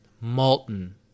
molten